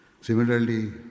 Similarly